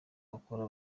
bakora